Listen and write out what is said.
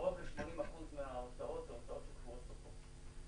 לרוב, 80% מההוצאות הן הוצאות שקבועות בחוק.